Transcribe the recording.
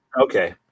Okay